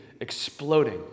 exploding